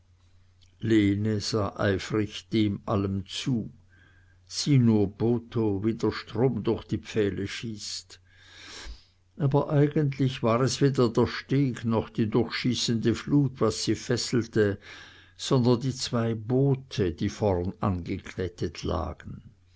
eifrig dem allen zu sieh nur botho wie der strom durch die pfähle schießt aber eigentlich war es weder der steg noch die durchschießende flut was sie fesselte sondern die zwei boote die vorn angekettet lagen